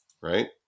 Right